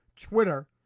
Twitter